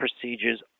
procedures